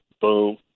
boom